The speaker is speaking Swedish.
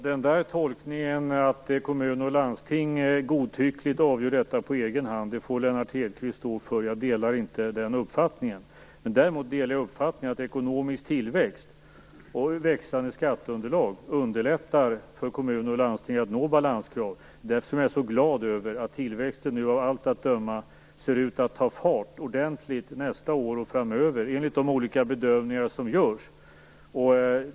Herr talman! Den tolkningen, att kommuner och landsting godtyckligt får avgöra detta på egen hand, får Lennart Hedquist stå för. Jag delar inte den uppfattningen. Däremot delar jag uppfattningen att ekonomisk tillväxt och växande skatteunderlag underlättar för kommuner och landsting att nå balanskrav. Det är därför jag är så glad över att tillväxten av allt att döma ser ut att ta fart ordentligt nästa år och framöver, enligt de olika bedömningar som görs.